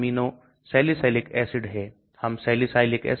बे Planar molecule इकट्ठे हैं